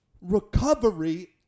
Recovery